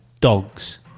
dogs